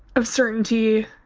of certainty